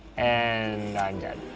and i'm dead.